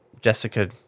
Jessica